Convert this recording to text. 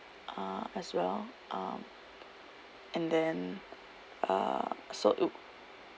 uh as well um and then uh so